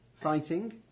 fighting